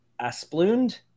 Asplund